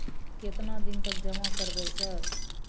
केतना दिन तक जमा करबै सर?